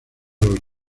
los